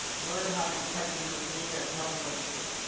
learn how to detect it in the scene and tell me when you do.